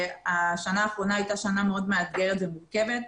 השנה האחרונה הייתה שנה מאוד מאתגרת ומורכבת.